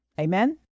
Amen